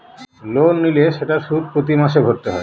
loan নিলে সেটার সুদ প্রতি মাসে ভরতে হয়